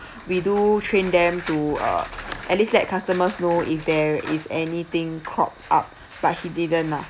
we do train them to uh at least let customers know if there is anything cropped up but he didn't lah